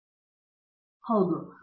professor